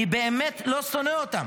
אני באמת לא שונא אותם.